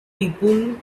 people